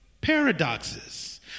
paradoxes